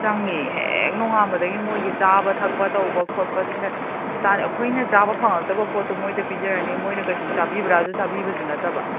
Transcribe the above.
ꯆꯪꯏ ꯍꯦꯛ ꯅꯣꯉꯥꯟꯕꯗꯒꯤ ꯃꯣꯏꯒꯤ ꯆꯥꯕ ꯊꯛꯄ ꯇꯧꯕ ꯈꯣꯠꯄꯁꯤꯅ ꯑꯩꯈꯣꯏꯅ ꯆꯥꯕ ꯐꯪꯉꯛꯇꯕ ꯄꯣꯠꯇꯣ ꯃꯣꯏꯗ ꯄꯤꯖꯔꯅꯤ ꯃꯣꯏꯅ ꯀꯩꯁꯨ ꯆꯥꯕꯤꯕ꯭ꯔꯁꯨ ꯆꯥꯕꯤꯕꯁꯨ ꯅꯠꯇꯕ